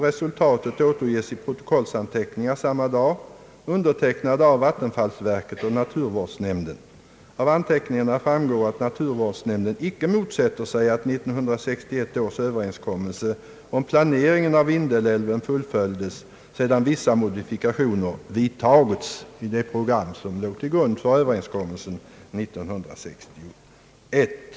Resultatet återges i protokollsanteckningar samma dag, undertecknade av vattenfallsverket och naturvårdsnämnden. Av anteckningarna framgår att naturvårdsnämnden icke motsätter sig att 1961 års överenskommelse om planeringen av Vindelälven fullföljes sedan vissa modifikationer vidtagits i det program som låg till grund för överenskommelsen 1961.